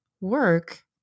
work